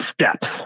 steps